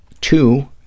Two